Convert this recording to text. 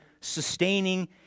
sustaining